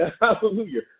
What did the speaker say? Hallelujah